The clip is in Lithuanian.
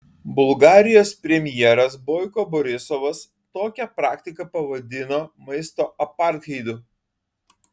bulgarijos premjeras boiko borisovas tokią praktiką pavadino maisto apartheidu